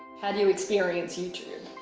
how do you experience youtube?